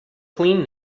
clean